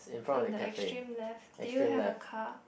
on the extreme left do you have a car